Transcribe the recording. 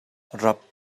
rap